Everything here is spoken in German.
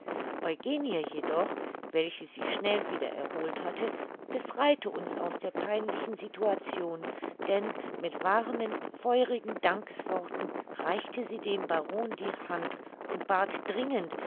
eugenie jedoch welche sich schnell wieder erholt hatte befreite uns aus der peinlichen situation denn mit warmen feurigen dankesworten reichte sie dem baron die hand und bat dringend